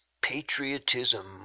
Patriotism